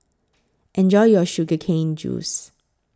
Enjoy your Sugar Cane Juice